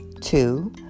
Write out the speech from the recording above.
Two